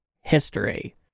history